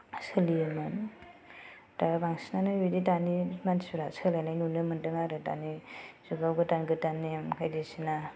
सोलियोमोन दा बांसिनानो बिदि दानि मानसिफोरा सोलायनाय नुनो मोनदों आरो दानि जुगाव गोदान गोदान नेम बायदिसिना